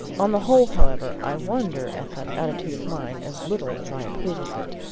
on the whole, however, i wonder at that attitude of mine as little as i approve of it.